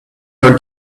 her